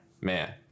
Man